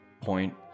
point